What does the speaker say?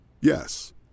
Yes